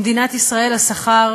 במדינת ישראל השכר